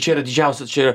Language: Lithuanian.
čia yra didžiausia čia